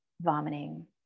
vomiting